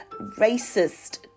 racist